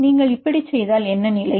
எனவே நீங்கள் இப்படி செய்தால் என்ன நிலை